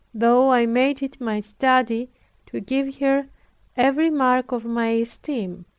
though i made it my study to give her every mark of my esteem.